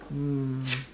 mm